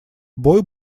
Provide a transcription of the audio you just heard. бой